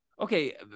Okay